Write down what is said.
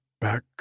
back